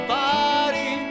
body